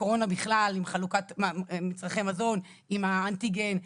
בקורונה בכלל, עם חלוקת מצרכי מזון, עם האנטיגן.